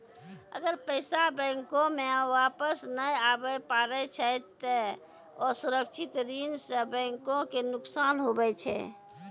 अगर पैसा बैंको मे वापस नै आबे पारै छै ते असुरक्षित ऋण सं बैंको के नुकसान हुवै छै